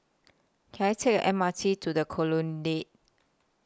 Can I Take The M R T to The Colonnade